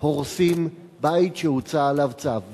הורסים בית שהוצא עליו צו?